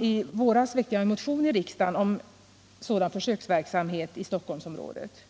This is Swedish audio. I våras väckte jag en motion i riksdagen om sådan försöksverksamhet i Stockholnsområdet.